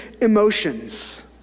emotions